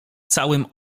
całym